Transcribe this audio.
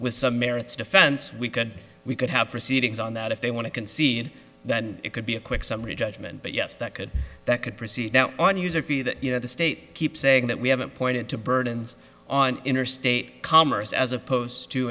with some merits defense we could we could have proceedings on that if they want to concede that it could be a quick summary judgment but yes that could that could proceed now on user fee that you know the state keeps saying that we haven't pointed to burdens on interstate commerce as opposed to